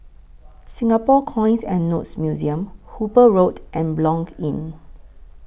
Singapore Coins and Notes Museum Hooper Road and Blanc Inn